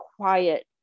quiet